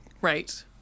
Right